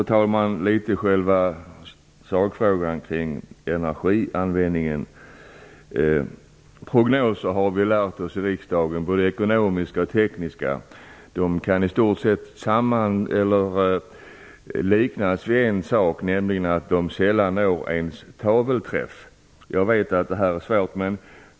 Låt mig sedan gå in på själva sakfrågan kring energianvändningen. Vi har lärt oss i riksdagen att både ekonomiska och tekniska prognoser har en sak gemensamt, nämligen att de sällan ens når tavelträff. Jag vet att detta är svårt.